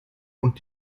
und